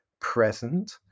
present